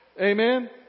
Amen